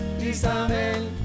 Isabel